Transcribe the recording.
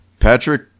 Patrick